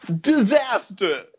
Disaster